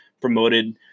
promoted